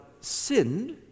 sinned